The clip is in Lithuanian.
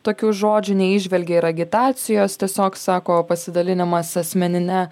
tokių žodžių neįžvelgė ir agitacijos tiesiog sako pasidalinimas asmenine